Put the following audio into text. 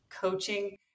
coaching